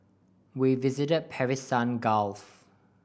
we visited the Persian Gulf